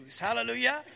hallelujah